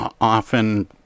often